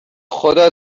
خدا